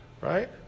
right